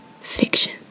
fiction